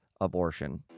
abortion